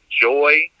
joy